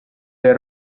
del